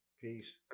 Peace